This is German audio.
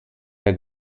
der